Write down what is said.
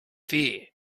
fear